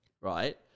right